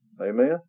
Amen